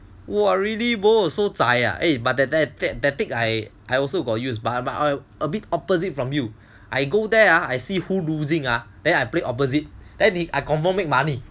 !wah! really bo so zai ah eh but that that that tactic I I also got use but a bit opposite from you I go there I see who losing ah then I play opposite then if I confirm make money